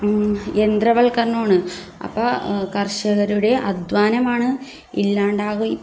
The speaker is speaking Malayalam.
യന്ത്രവൽക്കരണമാണ് അപ്പോൾ കർഷകരുടെ അധ്വാനമാണ് ഇല്ലാണ്ടാവുക